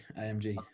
AMG